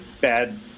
bad